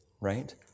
right